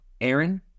Aaron